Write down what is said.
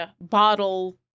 bottle